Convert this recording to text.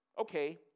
okay